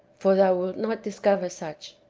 for thou wilt not discover such.